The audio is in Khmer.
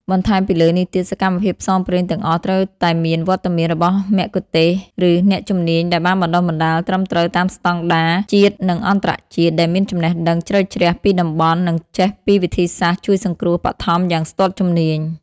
បន្ថែមពីលើនេះទៀត សកម្មភាពផ្សងព្រេងទាំងអស់ត្រូវតែមានវត្តមានរបស់មគ្គុទ្ទេសក៍ឬអ្នកជំនាញដែលបានបណ្ដុះបណ្ដាលត្រឹមត្រូវតាមស្តង់ដារជាតិនិងអន្តរជាតិ ដែលមានចំណេះដឹងជ្រៅជ្រះពីតំបន់ និងចេះពីវិធីសាស្ត្រជួយសង្គ្រោះបឋមយ៉ាងស្ទាត់ជំនាញ។